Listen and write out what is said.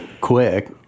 quick